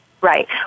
Right